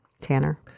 Tanner